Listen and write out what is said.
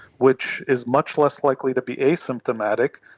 which is much less likely to be asymptomatic,